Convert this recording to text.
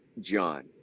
John